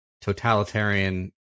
totalitarian